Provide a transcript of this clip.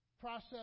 process